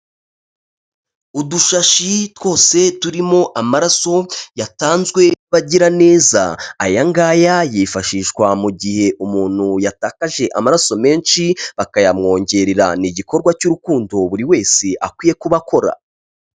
Udushashi twose turimo amaraso yatanzwe n'abagiraneza, aya ngaya yifashishwa mu gihe umuntu yatakaje amaraso menshi bakayamwongerera, ni igikorwa cy'urukundo buri wese akwiye kuba akora.